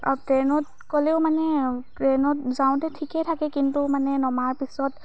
আৰু ট্ৰেনত গ'লেও মানে ট্ৰেনত যাওঁতে ঠিকে থাকে কিন্তু মানে নমাৰ পিছত